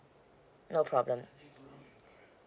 no problem